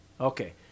Okay